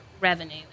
revenue